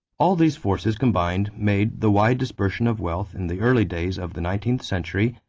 all these forces combined made the wide dispersion of wealth, in the early days of the nineteenth century,